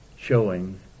showing